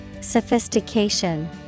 Sophistication